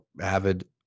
avid